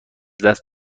دست